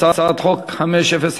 הצעת חוק מ/505,